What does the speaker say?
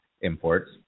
imports